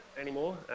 anymore